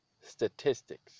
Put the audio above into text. statistics